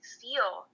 feel